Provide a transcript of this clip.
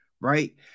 right